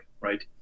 right